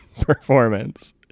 performance